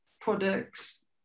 products